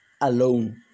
alone